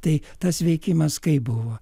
tai tas veikimas kaip buvo